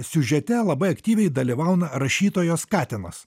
siužete labai aktyviai dalyvauna rašytojos katinas